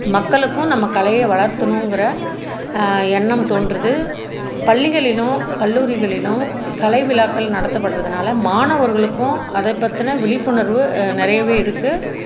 மக்களுக்கும் நம்ம கலையை வளர்த்தனுங்ககிற எண்ணம் தோன்றுது பள்ளிகளிலும் கல்லூரிகளிலும் கலை விழாக்கள் நடத்தபடுறதனால மாணவர்களுக்கும் அதை பற்றின விழிப்புணர்வு நிறையவே இருக்குது